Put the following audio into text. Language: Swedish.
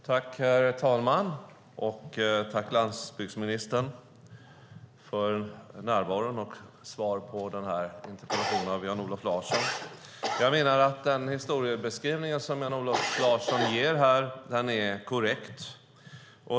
Herr talman! Tack, landsbygdsministern, för närvaron och svaret på den här interpellationen av Jan-Olof Larsson! Jag menar att den historiebeskrivning som Jan-Olof Larsson ger här är korrekt.